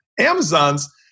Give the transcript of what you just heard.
Amazon's